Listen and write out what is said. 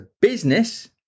business